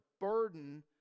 burden